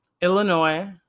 Illinois